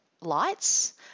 lights